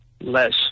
less